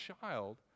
child